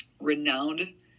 renowned